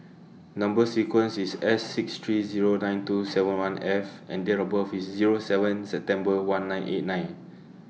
Number sequence IS S six three Zero nine two seven one F and Date of birth IS Zero seven September one nine eight nine